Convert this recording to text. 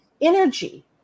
energy